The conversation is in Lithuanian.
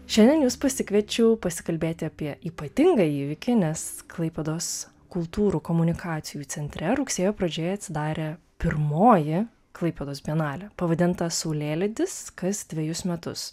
šiandien jus pasikviečiau pasikalbėti apie ypatingą įvykį nes klaipėdos kultūrų komunikacijų centre rugsėjo pradžioje atsidarė pirmoji klaipėdos bienalė pavadinta saulėlydis kas dvejus metus